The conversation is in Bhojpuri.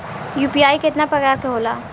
यू.पी.आई केतना प्रकार के होला?